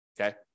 okay